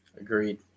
Agreed